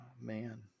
man